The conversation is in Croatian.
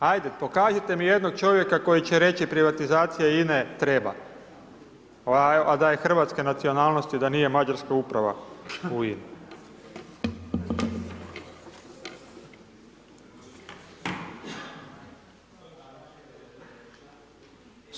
Hajde, pokažite mi jednog čovjeka koji će reći privatizacija INA-e treba, a da je hrvatske nacionalnosti, da nije mađarska uprava u INA-i.